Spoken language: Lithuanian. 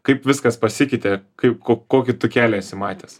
kaip viskas pasikeitė kaip ko kokį tu kelią esi matęs